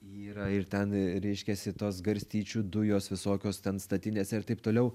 yra ir ten reiškiasi tos garstyčių dujos visokios ten statinėse ir taip toliau